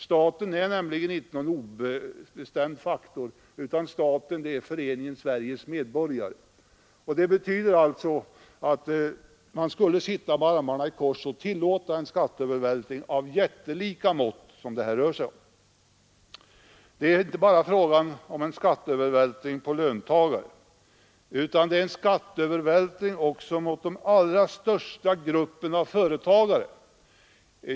Staten är nämligen inte någonting obestämt, utan staten är Föreningen Sveriges medborgare. Herr Strömbergs resonemang innebär att man skulle sitta med armarna i kors och tillåta en skatteövervältring av jättelika mått. Det är inte bara fråga om en skatteövervältring på löntagare, utan det är en skatteövervältring också på de allra flesta företagare.